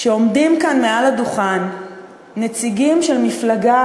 שעומדים כאן על הדוכן נציגים של מפלגה